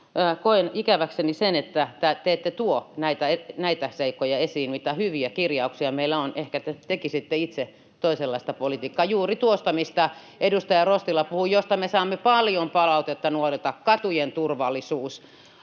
Koen ikäväksi sen, että te ette tuo esiin näitä seikkoja, mitä hyviä kirjauksia meillä on. Ehkä te tekisitte itse toisenlaista politiikkaa [Eveliina Heinäluoman välihuuto] juuri tuosta, mistä edustaja Rostila puhui, josta me saamme paljon palautetta nuorilta: katujen turvallisuus,